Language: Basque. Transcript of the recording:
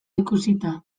ikusita